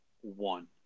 one